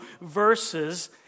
verses